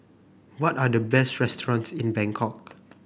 what are the best restaurants in Bangkok